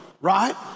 right